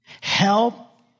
Help